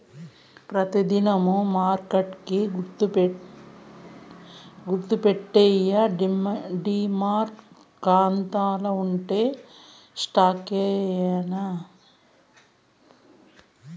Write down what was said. పెతి దినం మార్కెట్ కి గుర్తుపెట్టేయ్యి డీమార్ట్ కాతాల్ల ఉండే స్టాక్సే యాన్నా